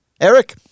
Eric